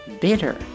bitter